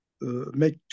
make